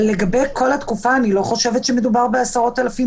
ועל מקום אחר בעת שוועדות הבחירות מקיימות